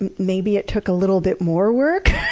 and maybe it took a little bit more work,